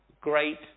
great